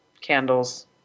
candles